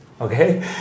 okay